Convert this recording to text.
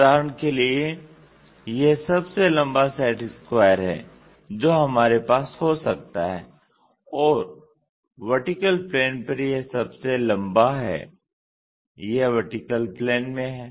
उदाहरण के लिए यह सबसे लंबा सेट स्क्वायर है जो हमारे पास हो सकता है और VP पर यह सबसे लंबा है यह VP में है